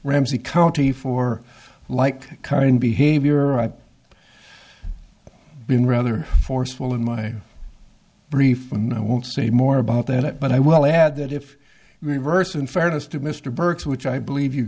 ramsey county for like kind behavior i've been rather forceful in my brief and i won't say more about that but i will add that if reversed in fairness to mr burke's which i believe you